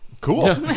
Cool